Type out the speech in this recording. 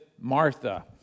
Martha